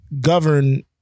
govern